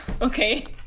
Okay